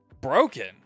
Broken